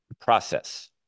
process